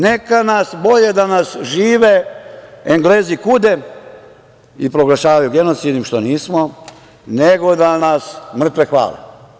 Neka nas, bolje da nas žive Englezi kude i proglašavaju genocidnim, što nismo, nego da nas mrtve hvale.